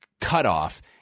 cutoff